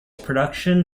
production